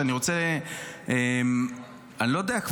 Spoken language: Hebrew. שאני כבר לא יודע,